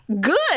good